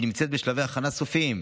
והיא נמצאת בשלבי הכנה סופיים.